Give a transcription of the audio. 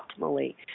optimally